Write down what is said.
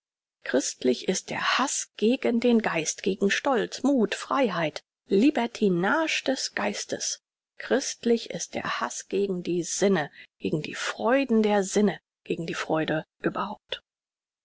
christlich ist der haß gegen den geist gegen stolz muth freiheit libertinage des geistes christlich ist der haß gegen die sinne gegen die freuden der sinne gegen die freude überhaupt